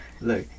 look